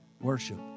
worship